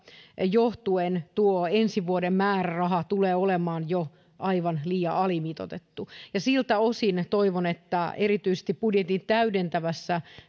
johtuen tuo ensi vuoden määräraha tulee olemaan aivan liian alimitoitettu ja siltä osin toivon että erityisesti budjetin täydentävässä